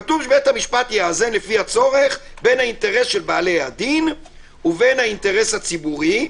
כתוב: יאזן במקרה הצורך בין האינטרס של בעלי הדין ובין האינטרס הציבורי.